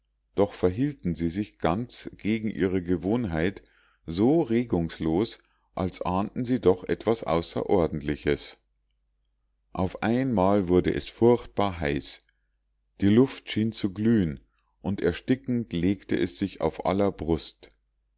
doch verhielten sie sich ganz gegen ihre gewohnheit so regungslos als ahnten sie doch etwas außerordentliches auf einmal wurde es furchtbar heiß die luft schien zu glühen und erstickend legte es sich auf aller brust